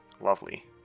Lovely